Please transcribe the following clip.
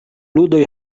ludoj